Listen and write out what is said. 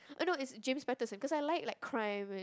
uh no it's James-Patterson cause I like like crime